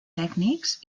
tècnics